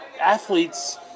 athletes